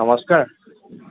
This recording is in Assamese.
নমস্কাৰ